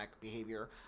behavior